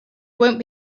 won’t